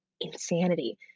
Insanity